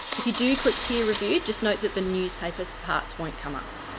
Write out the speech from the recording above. if you do click peer review, just note that the newspapers parts won't come up.